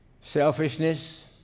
selfishness